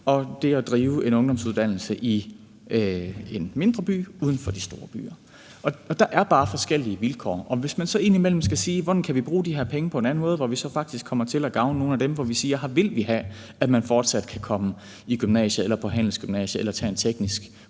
store byer og mindre ungdomsuddannelser i de mindre byer uden for de store byer. Der er bare forskellige vilkår. Hvis man så indimellem skal spørge, hvordan vi kan bruge de her penge på en anden måde, så vi faktisk kommer til at gavne nogle af de steder, hvor vi siger, at her vil vi have, at man fortsat kan komme i gymnasiet eller på handelsgymnasiet eller tage en teknisk uddannelse,